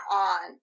on